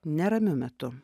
neramiu metu